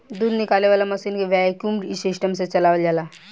दूध निकाले वाला मशीन वैक्यूम सिस्टम से चलावल जाला